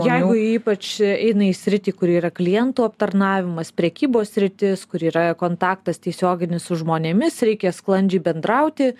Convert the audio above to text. jeigu ypač eina į sritį kur yra klientų aptarnavimas prekybos sritis kur yra kontaktas tiesioginis su žmonėmis reikia sklandžiai bendrauti